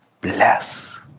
bless